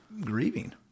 grieving